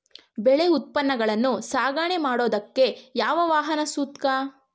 ಬೆಳೆ ಉತ್ಪನ್ನಗಳನ್ನು ಸಾಗಣೆ ಮಾಡೋದಕ್ಕೆ ಯಾವ ವಾಹನ ಸೂಕ್ತ?